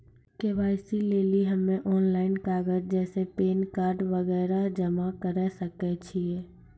KYC लेली हम्मय online कागज जैसे पैन कार्ड वगैरह जमा करें सके छियै?